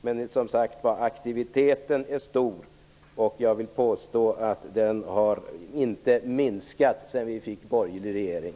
Men aktiviteten är som sagt stor, och den har inte minskat sedan vi fick en borgerlig regering.